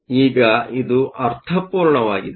ಈಗ ಇದು ಅರ್ಥಪೂರ್ಣವಾಗಿದೆ